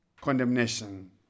condemnation